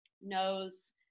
knows